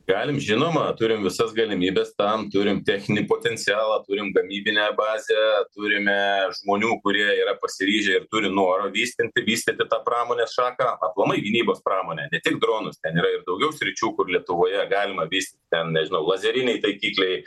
galim žinoma turim visas galimybes tam turim techninį potencialą turim gamybinę bazę turime žmonių kurie yra pasiryžę ir turi noro vystinti vystyti tą pramonės šaką aplamai gynybos pramonę ne tik dronus ten yra ir daugiau sričių kur lietuvoje galima vystyti ten nežinau lazeriniai taikikliai